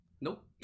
Nope